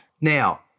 Now